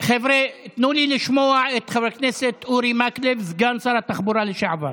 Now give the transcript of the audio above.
חבר הכנסת אורי מקלב, סגן שר התחבורה לשעבר.